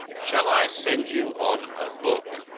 shall i send you on her book?